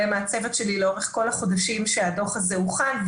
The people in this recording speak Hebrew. מהצוות שלי לאורך כל החודשים שהדוח הזה הוכן.